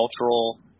cultural